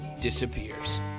disappears